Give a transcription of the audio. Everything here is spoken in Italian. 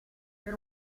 per